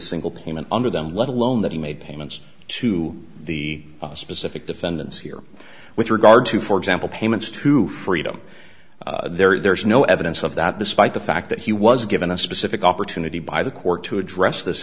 single payment under them let alone that he made payments to the a specific defendants here with regard to for example payments to freedom there is no evidence of that despite the fact that he was given a specific opportunity by the court to address this